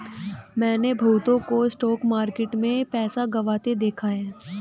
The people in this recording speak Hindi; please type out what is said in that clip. मैंने बहुतों को स्टॉक मार्केट में पैसा गंवाते देखा हैं